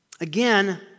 Again